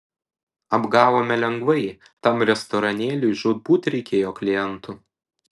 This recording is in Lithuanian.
apgavome lengvai tam restoranėliui žūtbūt reikėjo klientų